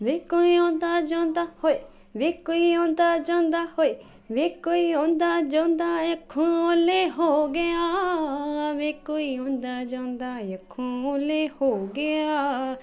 ਵੇ ਕੋਈ ਆਉਂਦਾ ਜਾਂਦਾ ਹੋਏ ਵੇ ਕੋਈ ਆਉਂਦਾ ਜਾਂਦਾ ਹੋਏ ਵੇ ਕੋਈ ਆਉਂਦਾ ਜਿਉਂਦਾ ਅੱਖੋਂ ਓਹਲੇ ਹੋ ਗਿਆ ਵੇ ਕੋਈ ਆਉਂਦਾ ਜਾਂਦਾ ਅੱਖੋਂ ਓਹਲੇ ਹੋ ਗਿਆ